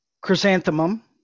Chrysanthemum